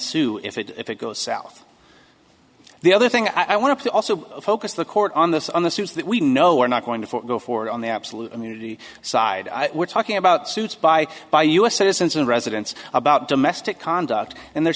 sue if it if it goes south the other thing i want to also focus the court on this on the suits that we know we're not going to go forward on the absolute immunity side we're talking about suits by by us citizens and residents about domestic conduct and they're